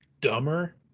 dumber